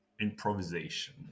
improvisation